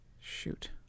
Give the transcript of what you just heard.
shoot